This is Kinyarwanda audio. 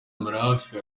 mirafa